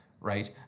right